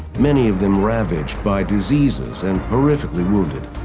many of them ravaged by diseases and horrifically wounded.